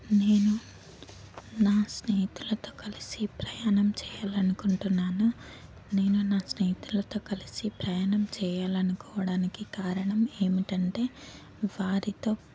నేను నా స్నేహితులతో కలిసి ప్రయాణం చేయాలనుకుంటున్నాను నేను నా స్నేహితులతో కలిసి ప్రయాణం చేయాలనుకోవడానికి కారణం ఏమిటంటే వారితో